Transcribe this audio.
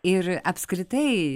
ir apskritai